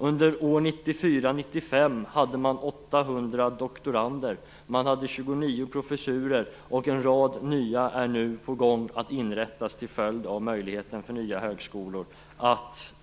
Under 1994/95 hade de 800 doktorander och 29 professurer, och inrättandet av en rad nya är nu på gång till följd av möjligheten för nya högskolor att